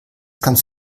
kannst